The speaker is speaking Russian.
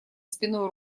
спиной